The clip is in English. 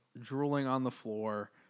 drooling-on-the-floor